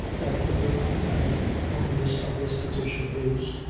that the burthen and onus of this petition is,